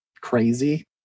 crazy